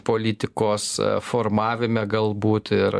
politikos formavime galbūt ir